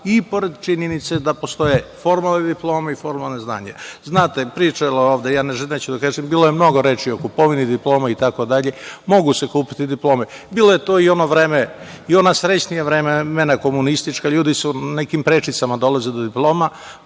i pored činjenice da postoje formalne diplome i formalno znanje. Znate, pričano je ovde, neću da kažem, bilo je mnogo reči o kupovini diploma itd, mogu se kupiti diplome. Bilo je to i u ono vreme i u ona srećnija vremena komunistička, ljudi su nekim prečicama dolazili do diploma,